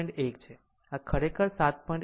1 છે આમ તે ખરેખર 7